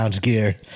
gear